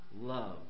love